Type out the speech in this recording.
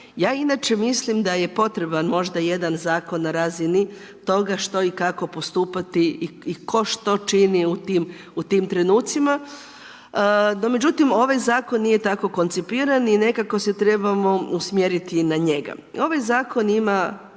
Ja inače mislim da je potreban možda jedan zakon na razini toga što i kako postupati i tko što čini u tim trenucima. No međutim, ovaj Zakon nije tako koncipiran i nekako se trebamo usmjeriti na njega. Ovaj Zakon ima